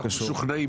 אנחנו משוכנעים.